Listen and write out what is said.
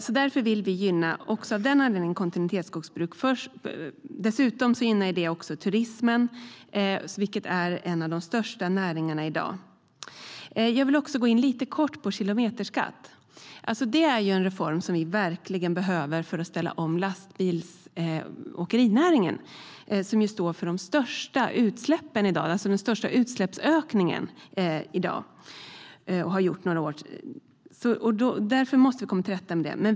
Också av denna anledning vill vi gynna kontinuitetsskogsbruk. Detta främjar också turismen, som är en av Sveriges största näringar. Låt mig också säga något om kilometerskatt. Det är en reform som vi behöver för att ställa om åkerinäringen, som sedan några år står för den största utsläppsökningen. Det måste vi komma till rätta med.